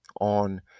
on